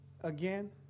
again